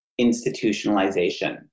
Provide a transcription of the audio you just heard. institutionalization